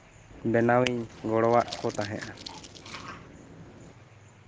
ᱵᱮᱱᱟᱣᱤᱧ ᱜᱚᱲᱚᱣᱟᱫ ᱠᱚ ᱛᱟᱦᱮᱸᱱᱟ